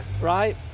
right